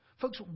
Folks